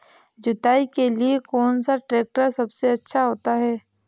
जुताई के लिए कौन सा ट्रैक्टर सबसे अच्छा होता है?